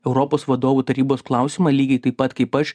europos vadovų tarybos klausimą lygiai taip pat kaip aš